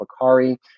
Bakari